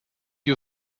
you